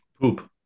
Poop